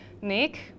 Nick